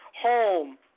home